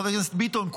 חבר הכנסת ביטון,